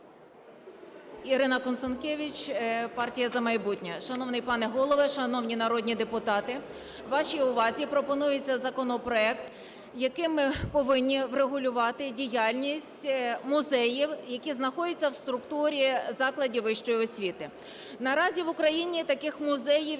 Ірина Констанкевич, партія "За майбутнє". Шановний пане Голово, шановні народні депутати, вашій увазі пропонується законопроект, яким повинні врегулювати діяльність музеїв, які знаходяться в структурі закладів вищої освіти. Наразі в Україні таких музеїв